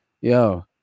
yo